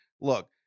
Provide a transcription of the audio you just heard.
look